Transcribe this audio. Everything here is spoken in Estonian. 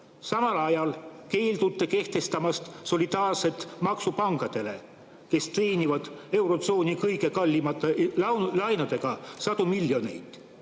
samal ajal keeldute kehtestamast solidaarset maksu pankadele, mis teenivad eurotsooni kõige kallimate laenudega sadu miljoneid.